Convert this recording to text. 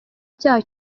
icyaha